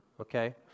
okay